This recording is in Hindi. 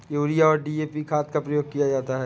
यूरिया और डी.ए.पी खाद का प्रयोग किया जाता है